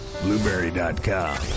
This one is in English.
Blueberry.com